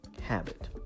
habit